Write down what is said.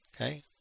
okay